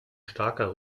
starker